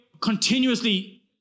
continuously